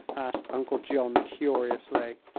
asked uncle john, curiously.